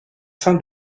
fin